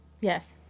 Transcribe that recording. yes